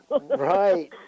Right